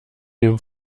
dem